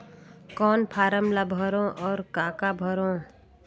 कौन फारम ला भरो और काका भरो?